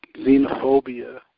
xenophobia